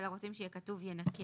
אלא רוצים שיהיה כתוב ינכה.